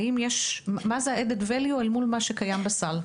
מה הערך המוסף אל מול מה שקיים בסל.